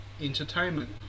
entertainment